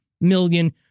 million